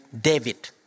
David